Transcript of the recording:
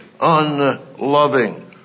unloving